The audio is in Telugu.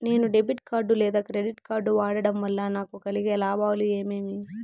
నేను డెబిట్ కార్డు లేదా క్రెడిట్ కార్డు వాడడం వల్ల నాకు కలిగే లాభాలు ఏమేమీ?